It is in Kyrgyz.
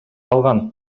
алган